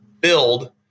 build